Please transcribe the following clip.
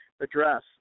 address